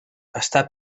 està